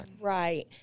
Right